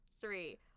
three